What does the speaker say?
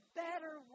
better